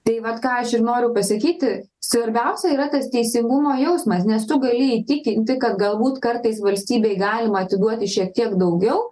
tai vat ką aš ir noriu pasakyti svarbiausia yra tas teisingumo jausmas nes tu gali įtikinti kad galbūt kartais valstybei galima atiduoti šiek tiek daugiau